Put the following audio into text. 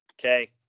okay